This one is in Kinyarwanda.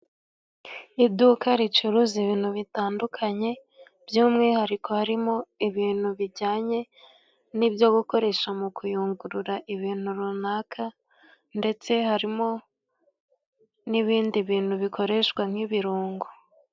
Iduka ricuruza ibintu bitandukanye by'umwihariko harimo ibintu bijyanye n'ibyo gukoresha mu kuyungurura ibintu runaka ndetse harimo n'ibindi bintu bikoreshwa nk'ibirungo.